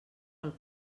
pel